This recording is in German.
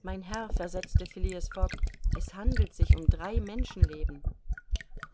mein herr versetzte phileas fogg es handelt sich um drei menschenleben